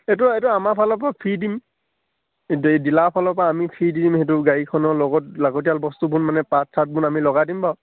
এইটো এইটো আমাৰ ফালৰপৰা ফ্ৰী দিম ডিলাৰ ফালৰপৰা আমি ফ্ৰী দিম সেইটো গাড়ীখনৰ লগত লাগতিয়াল বস্তুবোৰ মানে পাৰ্টছ চাৰ্টছবোৰ আমি লগাই দিম বাৰু